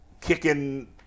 kicking